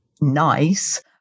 nice